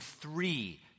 three